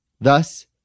Thus